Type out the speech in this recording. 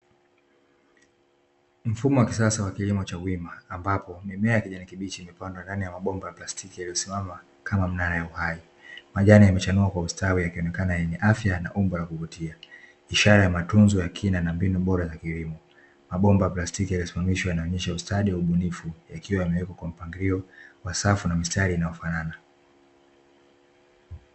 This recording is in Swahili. Mfumo wa kisasa wa kilimo cha wima ambapo mimea ya kijani kibichi imepandwa ndani ya mabomba ya plastiki yaliyosimama kama mnara wa uhai, majani yamechanua kwa ustawi yakionekana yenye afya na umbo la kuvutia, ishara ya matunzo ya kina na mbinu bora za kilimo mabomba plastiki yaliosimamishwa yanaonyesha ustadi wa ubunifu yakiwa yamewekwa kwa mpangilo wa safu na mistari inayofanana.